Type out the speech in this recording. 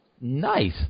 Nice